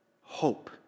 hope